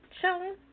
Chilling